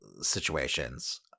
situations